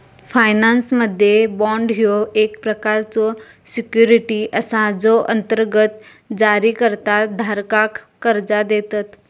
फायनान्समध्ये, बाँड ह्यो एक प्रकारचो सिक्युरिटी असा जो अंतर्गत जारीकर्ता धारकाक कर्जा देतत